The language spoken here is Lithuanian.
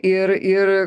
ir ir